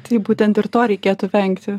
taip būtent ir to reikėtų vengti